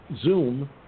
Zoom